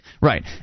right